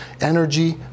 energy